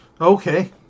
Okay